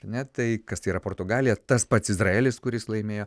ne tai kas tai yra portugalija tas pats izraelis kuris laimėjo